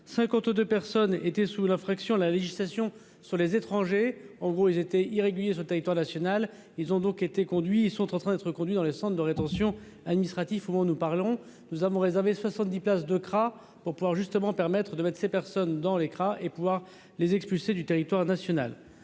52 personnes étaient sous l'infraction à la législation sur les étrangers, en gros, il était irrégulier sur le territoire national, ils ont donc été conduits, ils sont en train d'être reconduit dans les centres de rétention administratif où nous parlons, nous avons réservé 70 places de pour pouvoir justement permettre de mettre ces personnes dans l'écrin et pouvoir les expulser du territoire national,